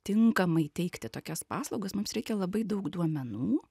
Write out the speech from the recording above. tinkamai teikti tokias paslaugas mums reikia labai daug duomenų